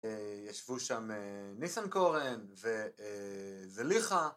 ישבו שם ניסנקורן וזליכה